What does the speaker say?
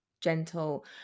gentle